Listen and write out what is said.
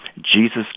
Jesus